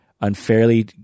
unfairly